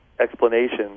explanation